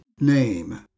name